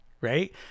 right